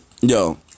yo